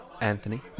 Anthony